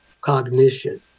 Cognition